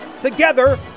Together